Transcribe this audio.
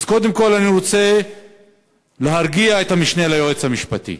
אז קודם כול אני רוצה להרגיע את המשנה ליועץ המשפטי: